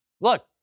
Look